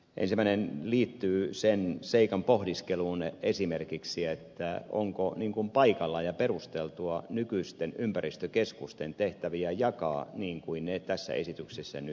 ensimmäinen liittyy sen seikan pohdiskeluun esimerkiksi onko paikallaan ja perusteltua nykyisten ympäristökeskusten tehtäviä jakaa niin kuin ne tässä esityksessä nyt jakaantuvat